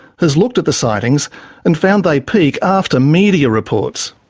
has looked at the sightings, and found they peak after media reports.